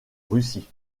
russie